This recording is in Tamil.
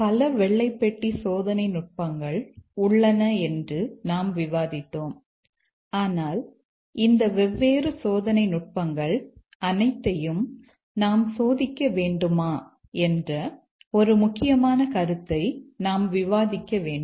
பல வெள்ளை பெட்டி சோதனை நுட்பங்கள் உள்ளன என்று நாம் விவாதித்தோம் ஆனால் இந்த வெவ்வேறு சோதனை நுட்பங்கள் அனைத்தையும் நாம் சோதிக்க வேண்டுமா என்ற ஒரு முக்கியமான கருத்தை நாம் விவாதிக்க வேண்டும்